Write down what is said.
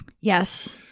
Yes